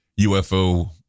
UFO